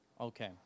Okay